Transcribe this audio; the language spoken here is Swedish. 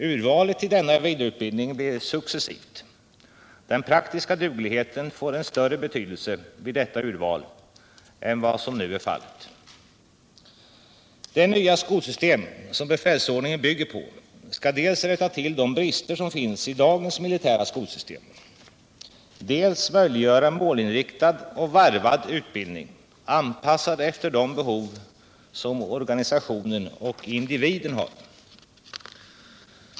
Urvalet till denna vidareutbildning blir successivt. Den praktiska dugligheten får en större betydelse vid detta urval än vad som nu är fallet. Det nya skolsystem som befälsordningen bygger på skall dels rätta till de brister som finns i dagens militära skolsystem, dels möjliggöra målinriktad och varvad utbildning, anpassad efter de behov som organisationen och individen har.